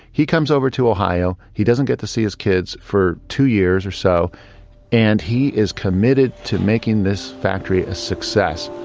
he comes over to ohio, he doesn't get to see his kids for two years or so and he is committed to making this factory a success.